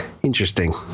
Interesting